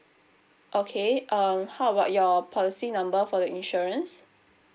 okay um how about your policy number for the insurance